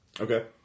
Okay